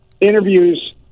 interviews